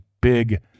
big